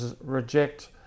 reject